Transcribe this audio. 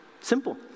Simple